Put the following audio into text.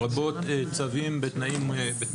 כלל הצווים לרבות הצווים שניתנו בתנאי מותנה?